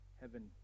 Heaven